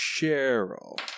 Cheryl